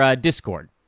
Discord